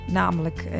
namelijk